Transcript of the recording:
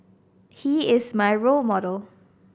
he is my role model